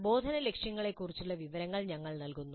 പ്രബോധന ലക്ഷ്യങ്ങളെക്കുറിച്ചുള്ള വിവരങ്ങൾ ഞങ്ങൾ നൽകുന്നു